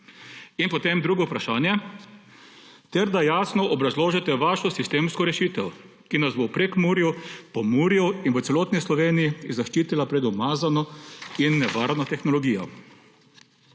Potem drugo vprašanje: »… ter da jasno obrazložite vašo sistemsko rešitev, ki nas bo v Prekmurju, Pomurju in v celotni Sloveniji zaščitila pred umazano in nevarno tehnologijo.«